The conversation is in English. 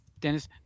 Dennis